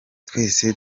twese